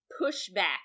pushback